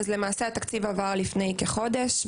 אז למעשה התקציב עבר לפני כחודש,